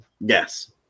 Yes